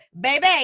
baby